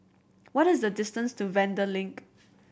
what is the distance to Vanda Link